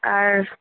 আর